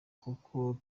kuko